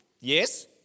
yes